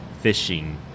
fishing